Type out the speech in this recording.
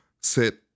sit